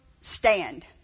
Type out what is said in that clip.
stand